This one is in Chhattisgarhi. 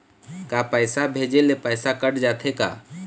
का पैसा भेजे ले पैसा कट जाथे का?